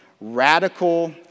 radical